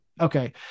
okay